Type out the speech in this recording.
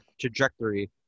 trajectory